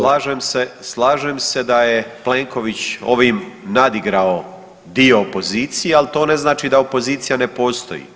Slažem se, slažem se da je Plenković ovim nadigrao dio opozicije, ali to ne znači da opozicija ne postoji.